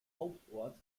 hauptort